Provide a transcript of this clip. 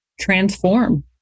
transform